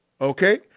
Okay